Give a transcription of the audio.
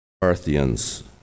Parthians